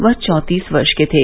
वह चौंतीस वर्ष के थे